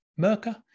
Merca